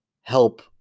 help